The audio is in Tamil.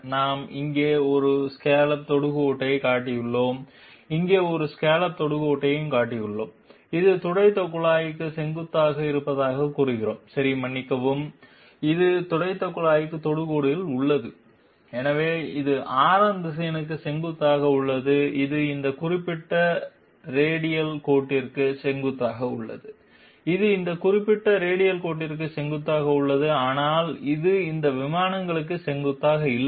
நாம் இங்கே ஒரு ஸ்காலப் தொடுகோடைக் காட்டியுள்ளோம் இங்கே ஒரு ஸ்காலப் தொடுகோடைக் காட்டியுள்ளோம் அது துடைத்த குழாய்க்கு செங்குத்தாக இருப்பதாகக் கூறுகிறோம் சரி மன்னிக்கவும் இது துடைத்த குழாய்க்கு தொடுகோடு உள்ளது எனவே இது ஆரம் திசையனுக்கு செங்குத்தாக உள்ளது இது இந்த குறிப்பிட்ட ரேடியல் கோட்டிற்கு செங்குத்தாக உள்ளது இது இந்த குறிப்பிட்ட ரேடியல் கோட்டிற்கு செங்குத்தாக உள்ளது ஆனால் இது இந்த விமானங்களுக்கு செங்குத்தாக இல்லை